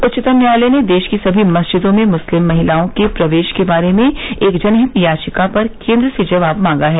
उच्चतम न्यायालय ने देश की समी मस्जिदों में मुस्लिम महिलाओं के प्रवेश के बारे में एक जनहित याचिका पर केंद्र से जवाब मांगा है